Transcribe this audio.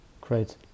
great